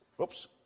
Oops